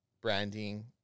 branding